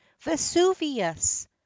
Vesuvius